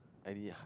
any h~